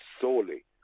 solely